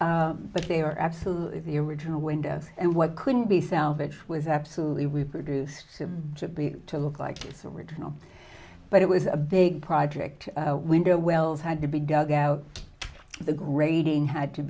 wavy but they are absolutely the original windows and what couldn't be salvaged was absolutely we produced it to be to look like it's original but it was a big project window wells had to be dug out the grading had to